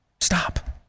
Stop